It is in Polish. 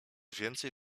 więcej